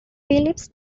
philips